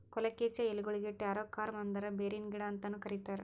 colocasia ಎಲಿಗೊಳಿಗ್ taro corm ಅಂದುರ್ ಬೇರಿನ ಗಿಡ ಅಂತನು ಕರಿತಾರ್